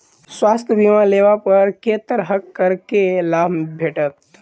स्वास्थ्य बीमा लेबा पर केँ तरहक करके लाभ भेटत?